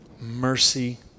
mercy